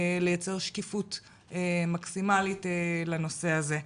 לייצר שקיפות מקסימאלית לנושא הזה.